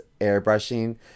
airbrushing